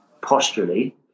posturally